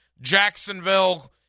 Jacksonville